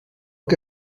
que